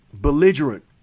belligerent